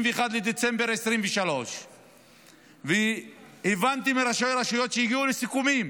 בדצמבר 2023. הבנתי מראשי הרשויות שהגיעו לסיכומים